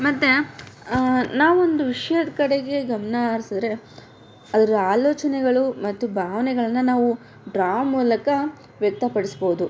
ಮತ್ತು ನಾವು ಒಂದು ವಿಷಯದ ಕಡೆಗೆ ಗಮನ ಹರ್ಸದ್ರೆ ಅದರ ಆಲೋಚನೆಗಳು ಮತ್ತು ಭಾವನೆಗಳನ್ನ ನಾವು ಡ್ರಾ ಮೂಲಕ ವ್ಯಕ್ತ ಪಡಿಸ್ಬೋದು